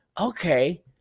okay